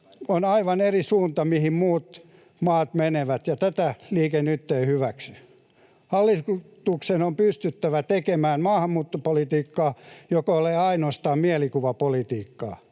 on aivan eri suunta kuin mihin muut maat menevät. Ja tätä Liike Nyt ei hyväksy. Hallituksen on pystyttävä tekemään maahanmuuttopolitiikkaa, joka ei ole ainoastaan mielikuvapolitiikkaa.